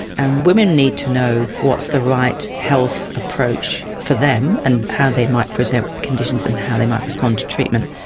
and women need to know what's the right health approach for them and how they might present with conditions and how they might response to treatment.